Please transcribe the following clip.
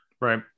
Right